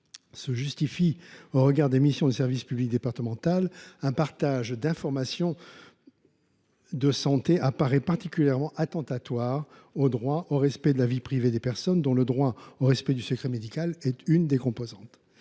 se justifie eu égard aux missions du service public départemental, il apparaît en revanche qu’un partage d’informations de santé serait particulièrement attentatoire au droit au respect de la vie privée des personnes, dont le droit au respect du secret médical est une composante.